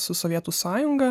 su sovietų sąjunga